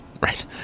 right